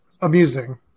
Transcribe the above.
amusing